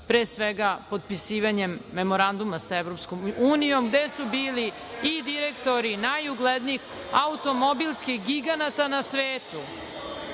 pre svega potpisivanjem memoranduma sa EU, gde su bili i direktori najuglednijih automobilskih giganata na svetu,